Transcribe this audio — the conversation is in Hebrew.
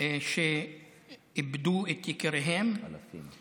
שאיבדו את יקיריהן, אלפים.